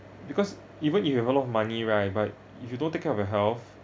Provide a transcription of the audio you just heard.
because even if you have a lot of money right but if you don't take care of your health